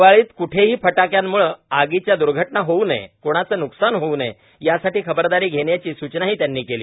दिवाळीत कुठेही फटाक्यांमुळे आगीच्या दुर्घटना होऊ नयेत कोणाचं न्कसान होऊ नये यासाठी खबरदारी घेण्याची सूचनाही त्यांनी केली